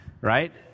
right